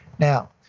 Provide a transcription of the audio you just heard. Now